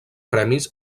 premis